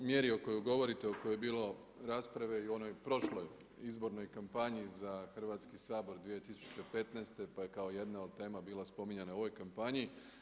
Kada je riječ o mjeri o kojoj govorite o kojoj je bilo rasprave i u onoj prošloj izbornoj kampanji za Hrvatski sabor 2015. pa je kao jedna od tema bila spominjana u ovoj kampanji.